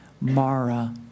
Mara